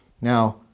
Now